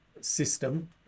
system